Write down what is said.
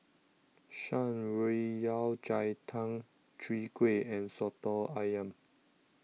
Shan Rui Yao Cai Tang Chwee Kueh and Soto Ayam